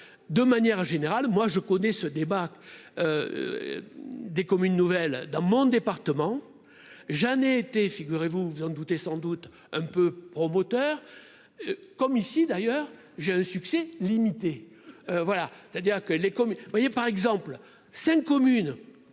de manière générale, moi je connais ce débat des communes nouvelles dans mon département, j'en ai été figurez vous vous en doutez, sans doute un peu promoteur comme ici d'ailleurs, j'ai un succès limité voilà, c'est-à-dire que les communes, vous voyez par exemple 5 communes